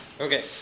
Okay